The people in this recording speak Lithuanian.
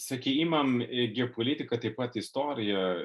sakei imam geopolitiką taip pat istoriją